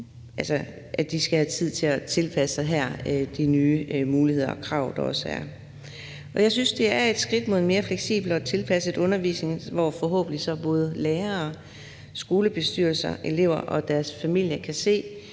at vi giver skolerne tid til at tilpasse sig de nye muligheder og krav, der er. Jeg synes, det er et skridt på vejen mod en mere fleksibel og tilpasset undervisning, hvor forhåbentlig både lærere, skolebestyrelser og elever og deres familier kan se,